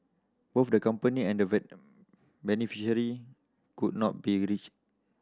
both the company and beneficiary could not be reached